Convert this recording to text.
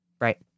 Right